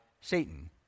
Satan